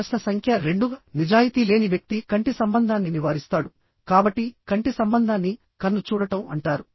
ప్రశ్న సంఖ్య 2నిజాయితీ లేని వ్యక్తి కంటి సంబంధాన్ని నివారిస్తాడు కాబట్టి కంటి సంబంధాన్ని కన్ను చూడటం అంటారు